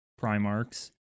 primarchs